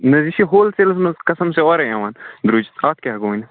نہَ حظ یہِ چھِ ہول سیٚلَس منٛز قسم سے اورٕے یِوان درٛۅج تَتھ کیٛاہ ہیٚکو ؤنِتھ